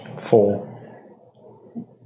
Four